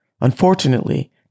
Unfortunately